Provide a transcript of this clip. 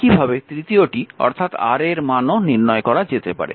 একইভাবে তৃতীয়টি অর্থাৎ Ra এর মানও নির্ণয় করা যেতে পারে